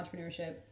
entrepreneurship